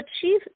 achieve